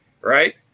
right